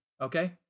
okay